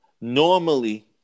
Normally